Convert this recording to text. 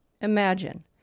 Imagine